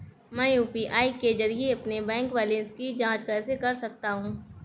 मैं यू.पी.आई के जरिए अपने बैंक बैलेंस की जाँच कैसे कर सकता हूँ?